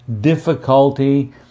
difficulty